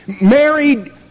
Married